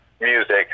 music